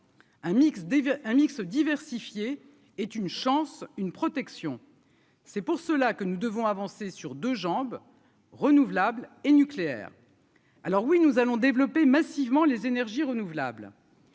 un mixe diversifié est une chance, une protection. C'est pour cela que nous devons avancer sur deux jambes renouvelables et nucléaire. Alors oui nous allons développer massivement les énergies renouvelables.